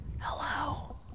Hello